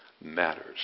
matters